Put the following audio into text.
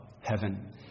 heaven